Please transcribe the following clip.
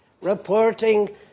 reporting